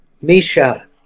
Misha